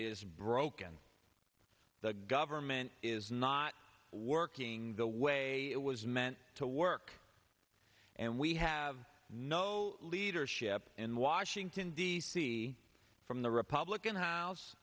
is broken the government is not working the way it was meant to work and we have no leadership in washington d c from the republican house